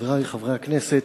חברי חברי הכנסת,